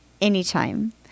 anytime